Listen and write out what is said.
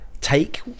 Take